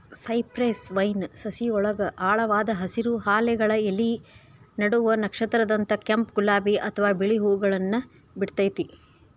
cypress vine ಸಸಿಯೊಳಗ ಆಳವಾದ ಹಸಿರು, ಹಾಲೆಗಳ ಎಲಿ ನಡುವ ನಕ್ಷತ್ರದಂತ ಕೆಂಪ್, ಗುಲಾಬಿ ಅತ್ವಾ ಬಿಳಿ ಹೂವುಗಳನ್ನ ಬಿಡ್ತೇತಿ